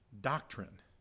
doctrine